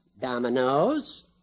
Dominoes